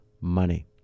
money